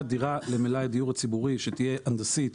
דירה למלאי הדיור הציבורי שתהיה הנדסית,